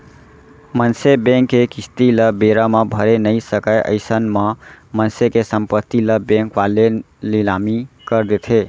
मनसे बेंक के किस्ती ल बेरा म भरे नइ सकय अइसन म मनसे के संपत्ति ल बेंक वाले लिलामी कर देथे